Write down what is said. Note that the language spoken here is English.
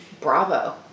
Bravo